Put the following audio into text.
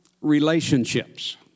relationships